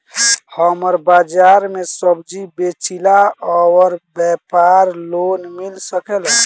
हमर बाजार मे सब्जी बेचिला और व्यापार लोन मिल सकेला?